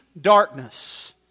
darkness